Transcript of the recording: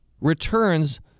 returns